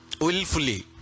willfully